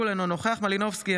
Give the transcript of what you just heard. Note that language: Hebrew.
נוכח יוליה מלינובסקי,